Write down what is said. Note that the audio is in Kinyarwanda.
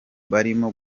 barimo